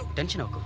didn't you know